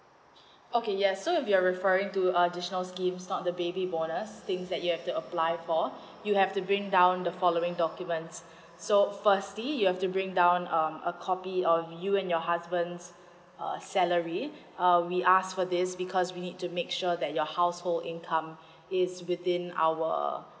okay yes so if you're referring to additional schemes out the baby bonus things that you have to apply for you have to bring down the following documents so firstly you have to bring down um a copy of you and your husband's err salary uh we ask for this because we need to make sure that your household income is within our err